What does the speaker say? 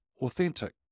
authentic